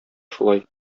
шулай